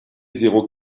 zéro